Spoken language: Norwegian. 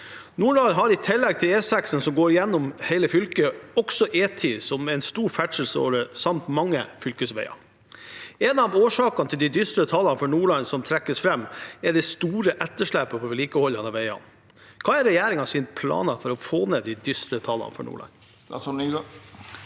Nordland har i tillegg en lang E6 som går gjennom hele fylket, og E10, som også er en stor ferdselsåre, samt mange fylkesveier. En av årsakene til de dystre tallene for Nordland som trekkes frem, er det store etterslepet på vedlikehold av veiene. Hva er regjeringens planer for å få ned de dystre tallene for Nordland?»